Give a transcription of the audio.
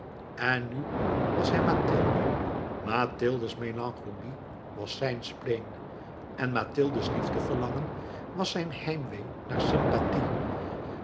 en nu was hij mathilde mathilde's melancholie was zijn spleen en mathilde's liefdeverlangen was zijn heimwee naar sympathie